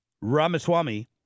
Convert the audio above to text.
Ramaswamy